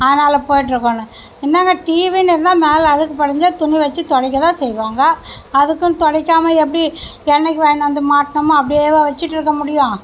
அதனால் போயிட்டிருக்குனு என்னாங்க டிவினு இருந்தால் மேலே அழுக்கு படிஞ்சால் துணியை வச்சு துடைக்க தான் செய்வாங்க அதுக்குன்னு துடைக்காம எப்படி என்னிக்கி வாங்கின்னு வந்து மாட்டினோமோ அப்படியேவா வச்சிட்டிருக்க முடியும்